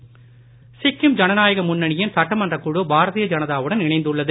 சிக்கிம் சிக்கிம் ஜனநாயக முன்னணியின் சட்டமன்றக் குழு பாரதீய ஜனதாவுடன் இணைந்துள்ளது